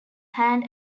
hand